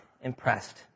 impressed